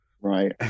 right